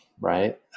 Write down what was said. right